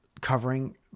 covering